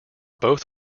both